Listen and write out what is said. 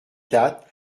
quatre